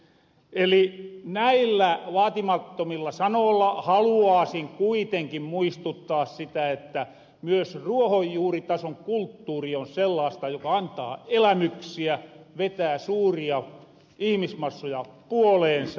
eli näillä vaatimattomilla sanoolla haluaasin kuitenkin muistuttaa siitä että myös ruohonjuuritason kulttuuri on sellaasta joka antaa elämyksiä vetää suuria ihmismassoja puoleensa